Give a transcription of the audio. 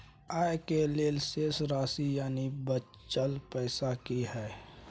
आय के लेल शेष राशि यानि बचल पैसा की हय?